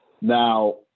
now